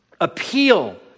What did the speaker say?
appeal